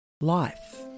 life